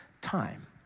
time